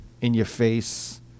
in-your-face